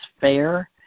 fair